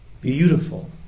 beautiful